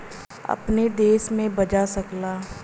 अपने देश में भजा सकला